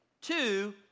Two